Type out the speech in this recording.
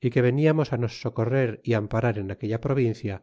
y que veniamos nos socorrer é amparar en aquella provincia